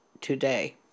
today